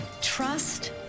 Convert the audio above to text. trust